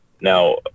now